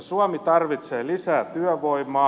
suomi tarvitsee lisää työvoimaa